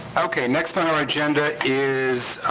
okay, next on our agenda is